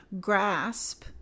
grasp